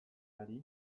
ari